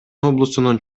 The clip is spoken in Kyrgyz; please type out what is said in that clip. облусунун